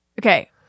okay